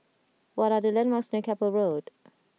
what are the landmarks near Keppel Road